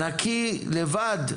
נקי, לבד,